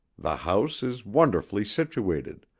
the house is wonderfully situated,